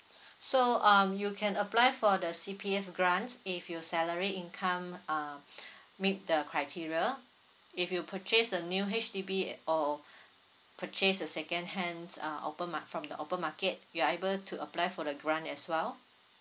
so um you can apply for the C_P_F grants if your salary income um meet the criteria if you purchase a new H_D_B or purchase a second hand uh open mar~ from the open market you are able to apply for the grant as well